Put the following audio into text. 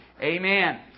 Amen